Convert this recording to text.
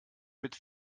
mit